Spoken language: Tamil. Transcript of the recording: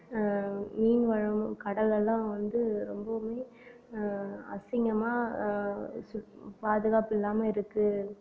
மீன் வளமும் கடல் எல்லாம் வந்து ரொம்பவுமே அசிங்கமாக சுற் பாதுகாப்பு இல்லாமல் இருக்குது